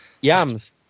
yams